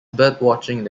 birdwatching